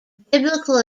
biblical